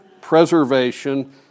preservation